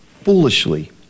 foolishly